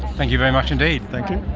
thank you very much indeed. thank you.